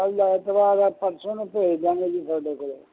ਕੱਲ੍ਹ ਐਤਵਾਰ ਹੈ ਪਰਸੋਂ ਨੂੰ ਭੇਜ ਦਿਆਂਗੇ ਜੀ ਤੁਹਾਡੇ ਕੋਲ